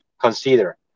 Consider